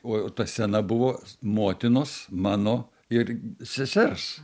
o ta scena buvo motinos mano ir sesers